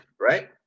right